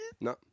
No